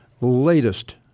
latest